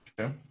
Okay